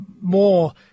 More